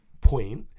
point